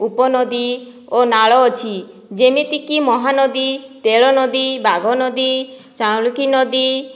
ଉପନଦୀ ଓ ନାଳ ଅଛି ଯେମିତିକି ମହାନଦୀ ତେରନଦୀ ବାଘନଦୀ ଚାଉଁଳିକିନଦୀ